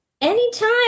Anytime